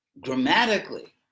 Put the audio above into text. grammatically